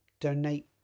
donate